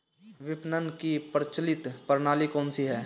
विपणन की प्रचलित प्रणाली कौनसी है?